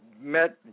met